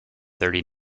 thirty